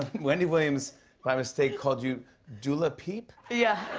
wendy williams by mistake called you dulapeep? yeah.